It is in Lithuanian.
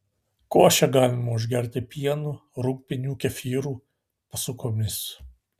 košę galima užgerti pienu rūgpieniu kefyru pasukomis